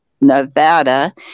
Nevada